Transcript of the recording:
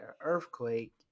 earthquake